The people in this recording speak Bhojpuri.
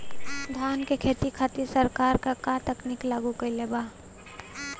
धान क खेती खातिर सरकार का का तकनीक लागू कईले बा?